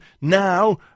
Now